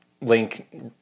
Link